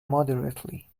moderately